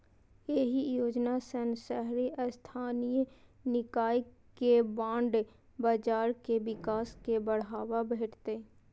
एहि योजना सं शहरी स्थानीय निकाय के बांड बाजार के विकास कें बढ़ावा भेटतै